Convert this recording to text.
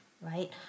right